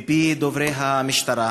מפי דוברי המשטרה,